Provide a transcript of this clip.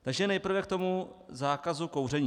Takže nejprve k tomu zákazu kouření.